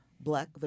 black